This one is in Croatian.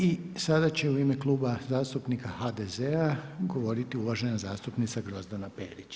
I sada će u ime Kluba zastupnika HDZ-a govoriti uvažena zastupnica Grozdana Perić.